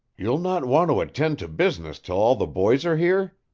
you'll not want to attend to business till all the boys are here?